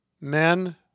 men